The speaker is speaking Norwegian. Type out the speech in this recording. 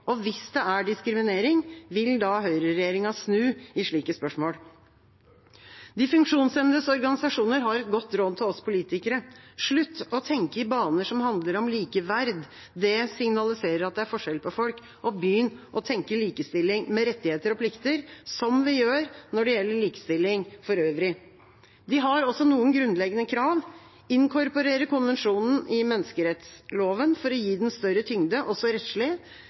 og hvis det er diskriminering, vil da høyreregjeringa snu i slike spørsmål? De funksjonshemmedes organisasjoner har et godt råd til oss politikere: Slutt å tenke i baner som handler om likeverd – det signaliserer at det er forskjell på folk – og begynn å tenke likestilling med rettigheter og plikter, som vi gjør når det gjelder likestilling for øvrig. De har også noen grunnleggende krav: inkorporere konvensjonen i menneskerettsloven for å gi den større tyngde, også rettslig, rett til selvbestemmelse, beslutningsstøtte istedenfor vergemål og